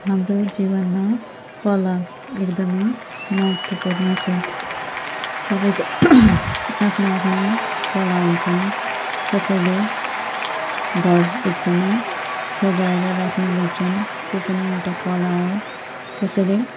हाम्रो जीवनमा कला एकदम महत्त्वपूर्ण छ सबैको आफ्नो आफ्नो कला हुन्छन् कसैले घर एकदम सजाएर राख्ने गर्छन् त्यो पनि एउटा कला हो कसैले